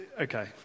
Okay